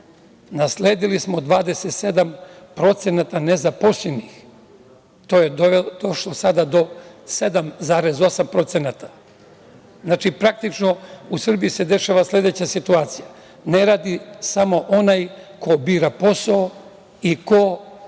Nasledili smo 27% nazaposlenosti, to je došlo sada do 7,8%. Znači, praktično u Srbiji se dešava sledeća situacija. Ne radi samo onaj ko bira posao i ko